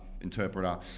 interpreter